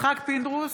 יצחק פינדרוס,